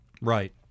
Right